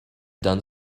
done